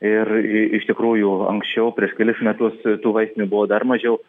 ir i iš tikrųjų anksčiau prieš kelis metus tų vaistinių buvo dar mažiau